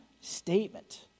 statement